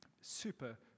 super